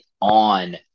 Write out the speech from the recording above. on